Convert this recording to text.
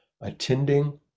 attending